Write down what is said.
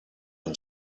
him